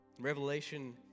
Revelation